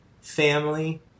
Family